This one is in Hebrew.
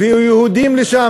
הביאו יהודים לשם,